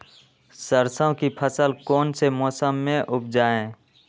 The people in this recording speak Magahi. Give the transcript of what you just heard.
सरसों की फसल कौन से मौसम में उपजाए?